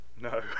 No